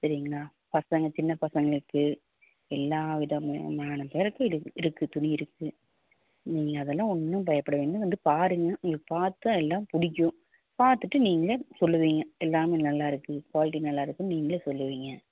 சரிங்களா பசங்கள் சின்ன பசங்களுக்கு எல்லா விதமாமான பேருக்கும் இருக் இருக்குது துணி இருக்குது நீங்கள் அதெல்லாம் ஒன்றும் பயப்பட வேண்ணாம் வந்து பாருங்க உங்களுக்கு பார்த்தா எல்லாம் பிடிக்கும் பார்த்துட்டு நீங்கள் சொல்லுவீங்க எல்லாமே நல்லாயிருக்கு குவால்ட்டி நல்லாயிருக்குன் நீங்களே சொல்லுவீங்க